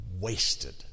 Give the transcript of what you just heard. Wasted